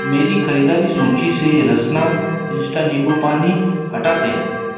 मेरी ख़रीदारी सूची से रसना इंस्टा निंबूपानी हटा दें